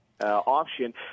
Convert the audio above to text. option